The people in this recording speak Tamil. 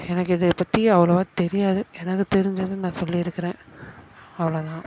எனக்கு இதை பற்றி அவ்ளோவாக தெரியாது எனக்கு தெரிஞ்சது நான் சொல்லிருக்குறேன் அவ்வளோ தான்